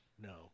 no